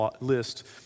list